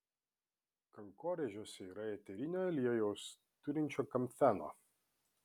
kankorėžiuose yra eterinio aliejaus turinčio kamfeno